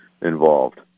involved